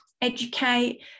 educate